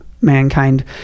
mankind